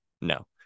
no